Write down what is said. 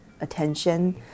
attention